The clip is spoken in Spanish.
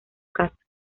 casa